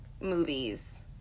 movies